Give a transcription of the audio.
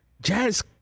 Jazz